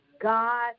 God